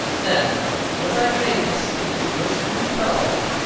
then was i fain to stoop to this rude fellow,